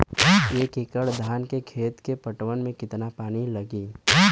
एक एकड़ धान के खेत के पटवन मे कितना पानी लागि?